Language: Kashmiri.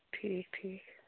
ٹھیٖک ٹھیٖک